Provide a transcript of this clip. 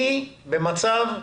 היא במצב אפס,